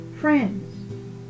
friends